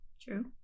True